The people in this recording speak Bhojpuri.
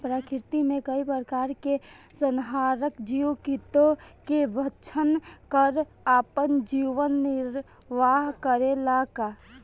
प्रकृति मे कई प्रकार के संहारक जीव कीटो के भक्षन कर आपन जीवन निरवाह करेला का?